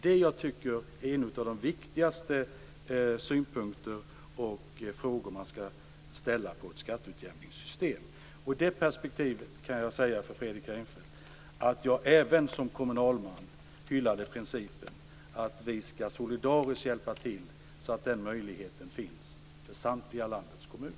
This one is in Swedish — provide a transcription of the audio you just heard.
Det tycker jag är ett av de viktigaste kraven att ställa på ett skatteutjämningssystem. Ur det perspektivet kan jag tala om för Fredrik Reinfeldt att jag även som kommunalman hyllade principen att vi solidariskt skall hjälpa till att ge samtliga kommuner den möjligheten.